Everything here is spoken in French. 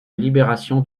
libération